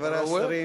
חברי השרים,